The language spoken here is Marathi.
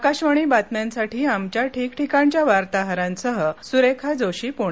आकाशवाणी बातम्यांसाठी आमच्या ठिकठिकाणच्या वार्ताहरांसह सुरेखा जोशी प्णे